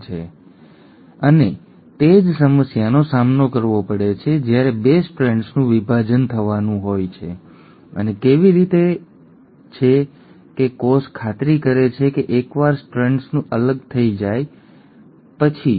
હવે તે જ વસ્તુ અને તે જ સમસ્યાનો સામનો કરવો પડે છે જ્યારે 2 સ્ટ્રેન્ડ્સનું વિભાજન થવાનું હોય છે અને તે કેવી રીતે છે કે કોષ ખાતરી કરે છે કે એકવાર સ્ટ્રેન્ડ્સ અલગ થઈ જાય અને અલગ થઈ જાય પછી